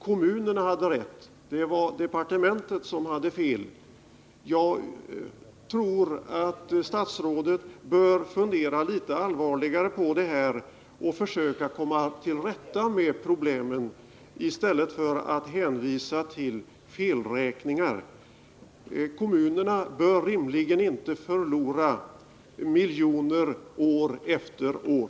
Kommunerna hade rätt och departementet hade fel. Jag tror att statsrådet bör fundera litet allvarligare på detta och försöka komma till rätta med problemen i stället för att hänvisa till felräkningar. Kommunerna bör rimligen inte förlora miljoner år efter år.